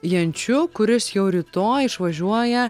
jančiu kuris jau rytoj išvažiuoja